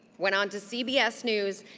went on to cbs news,